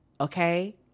Okay